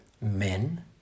Men